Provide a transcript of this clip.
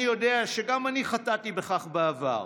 אני יודע שגם אני חטאתי בכך בעבר.